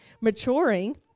maturing